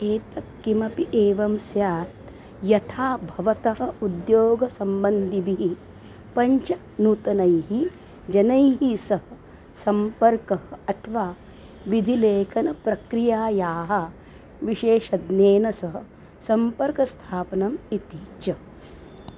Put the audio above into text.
एतत् किमपि एवं स्यात् यथा भवतः उद्योगसम्बन्धिभिः पञ्च नूतनैः जनैः सह सम्पर्कः अथवा विधिलेखनप्रक्रियायाः विशेषज्ञेन सह सम्पर्कस्थापनम् इति च